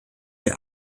the